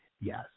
Yes